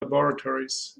laboratories